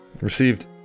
Received